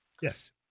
Yes